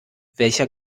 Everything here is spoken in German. welcher